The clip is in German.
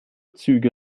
züge